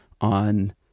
on